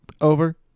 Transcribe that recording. Over